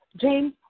James